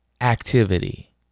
Activity